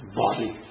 body